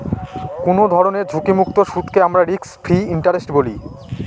কোনো ধরনের ঝুঁকিমুক্ত সুদকে আমরা রিস্ক ফ্রি ইন্টারেস্ট বলি